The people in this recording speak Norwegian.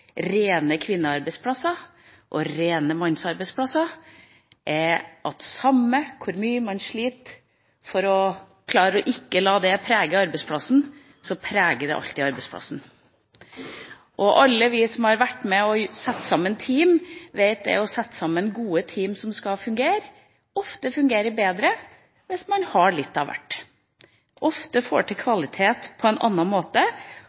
rene kvinnearbeidsplasser og rene mannsarbeidsplasser, at samme hvor mye man sliter for å klare ikke å la det prege arbeidsplassen, så preger det alltid arbeidsplassen. Alle vi som har vært med og satt sammen team, vet at det å sette sammen gode team som skal fungere, ofte fungerer bedre hvis det består av litt av hvert, ofte får til kvalitet på en annen måte